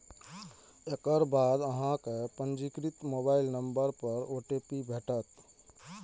एकर बाद अहांक पंजीकृत मोबाइल नंबर पर ओ.टी.पी भेटत